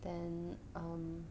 then um